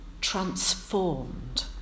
transformed